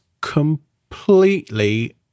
completely